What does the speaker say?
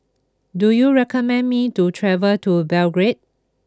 do you recommend me to travel to Belgrade